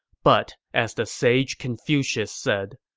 but as the sage confucius said,